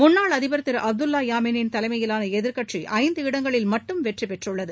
முன்னாள் அதிபர் திரு அப்துல்லா யாமினின் தலைமையிலான எதிர்க்கட்சி ஐந்து இடங்களில் மட்டும் வெற்றி பெற்றுள்ளது